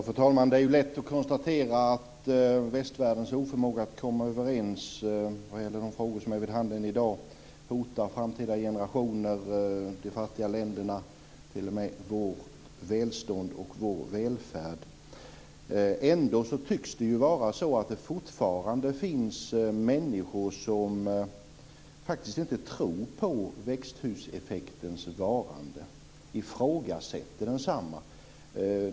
Fru talman! Det är lätt att konstatera att västvärldens oförmåga att komma överens vad gäller de frågor som är vid handen i dag hotar framtida generationer, de fattiga länderna och t.o.m. vårt välstånd och vår välfärd. Ändå tycks det vara så att det fortfarande finns människor som faktiskt inte tror på växthuseffektens varande och ifrågasätter densamma.